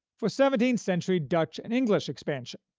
for seventeenth-century dutch and english expansion.